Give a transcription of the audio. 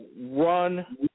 run